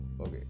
okay